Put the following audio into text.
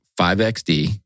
5XD